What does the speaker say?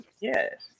Yes